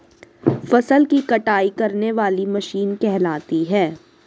फसल की कटाई करने वाली मशीन कहलाती है?